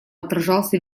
отражался